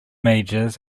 majors